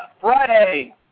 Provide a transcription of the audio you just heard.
Friday